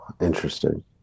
Interesting